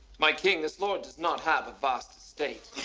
my king, this lord does not have a vast estate.